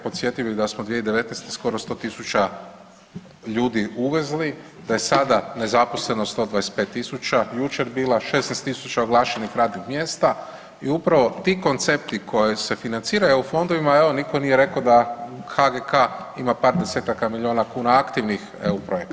Podsjetio bi da smo 2019. skoro 100.000 ljudi uvezli da je sada nezaposlenost 125.000 jučer bila, 16.000 oglašenih radnih mjesta i upravo ti koncepti koje se financira EU fondovima, evo nitko nije rekao da HGK ima par desetaka miliona kuna aktivnih EU projekata.